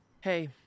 Hey